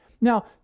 Now